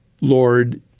Lord